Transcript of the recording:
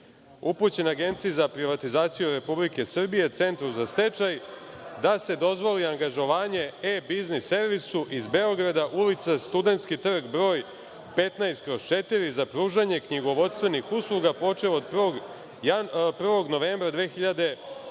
upućena Agenciji za privatizaciju Republike Srbije, Centru za stečaj, da se dozvoli angažovanje „E-biznis servisu“ iz Beograda, ulica Studentski Trg broj 15/4 za pružanje knjigovodstvenih usluga počev od 1. novembra 2009.